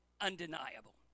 undeniable